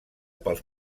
pels